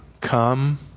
come